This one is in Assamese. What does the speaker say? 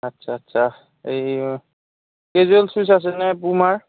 আচ্ছা আচ্ছা এই কেজুৱেল শ্বুজ আছেনে পুমাৰ